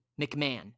McMahon